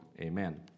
Amen